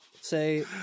say